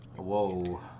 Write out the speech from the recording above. Whoa